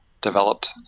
developed